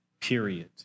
period